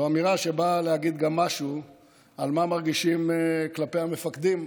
זו אמירה שבאה להגיד גם משהו על מה מרגישים כלפי המפקדים,